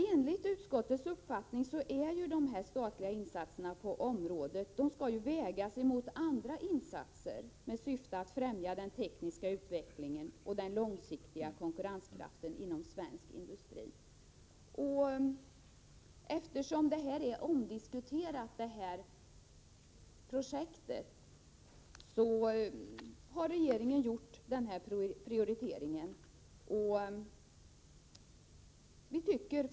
Enligt utskottets uppfattning skall de statliga insatserna på detta område vägas emot andra insatser som sker i syfte att främja den tekniska utvecklingen och den långsiktiga konkurrenskraften inom svensk industri. Eftersom detta projekt är omdiskuterat med hänvisning till vår neutralitet, har regeringen gjort den prioritering som nu föreslås.